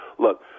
Look